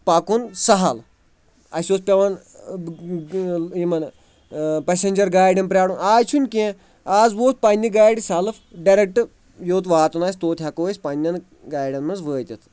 پَکُن سَہل اَسہِ اوس پٮ۪وان یِمَن پٮ۪سنجَر گاڑٮ۪ن پرٛارُن آز چھُنہٕ کینٛہہ آز ووت پنٛنہِ گاڑِ سٮ۪لٕف ڈیریکٹ یوٚت واتُن آسہِ توٚت ہٮ۪کو أسۍ پنٛنٮ۪ن گاڑٮ۪ن منٛز وٲتِتھ